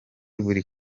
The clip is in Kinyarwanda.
buri